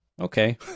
Okay